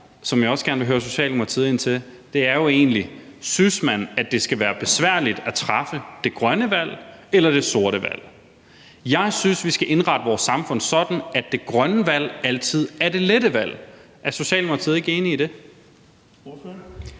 som jeg også vil høre Socialdemokratiet om, er jo egentlig, om man synes, at det skal være besværligt at træffe det grønne valg eller det sorte valg. Jeg synes, vi skal indrette vores samfund sådan, at det grønne valg altid er det lette valg. Er Socialdemokratiet ikke enig i det?